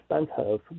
expensive